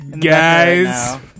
guys